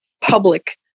public